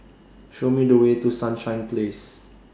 Show Me The Way to Sunshine Place